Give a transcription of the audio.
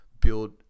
build